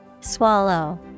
Swallow